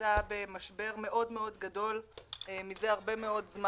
במשבר גדול מאוד מזה זמן רב מאוד.